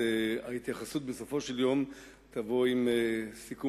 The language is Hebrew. ההתייחסות בסופו של דבר תהיה עם סיכום